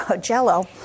jello